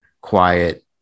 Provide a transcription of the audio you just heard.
quiet